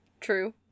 True